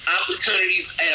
Opportunities